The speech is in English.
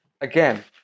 again